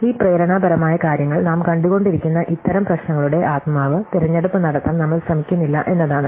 ഈ പ്രേരണാപരമായ കാര്യങ്ങൾ നാം കണ്ടുകൊണ്ടിരിക്കുന്ന ഇത്തരം പ്രശ്നങ്ങളുടെ ആത്മാവ് തിരഞ്ഞെടുപ്പ് നടത്താൻ നമ്മൾ ശ്രമിക്കുന്നില്ല എന്നതാണ്